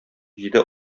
җиде